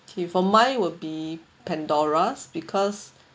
okay for mine would be Pandora because